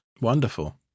wonderful